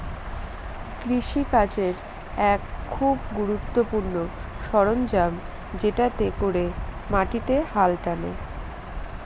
কৃষি কাজের এক খুব গুরুত্বপূর্ণ সরঞ্জাম যেটাতে করে মাটিতে হাল টানে